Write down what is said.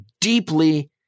deeply